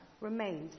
remained